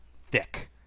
thick